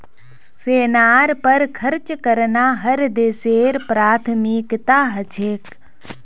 सेनार पर खर्च करना हर देशेर प्राथमिकता ह छेक